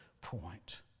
point